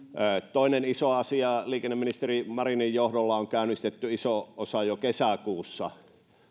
toinen iso asia liikenneministeri marinin johdolla on käynnistetty iso osa jo kesäkuussa